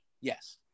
Yes